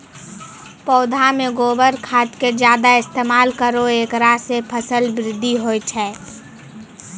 पौधा मे गोबर खाद के ज्यादा इस्तेमाल करौ ऐकरा से फसल बृद्धि होय छै?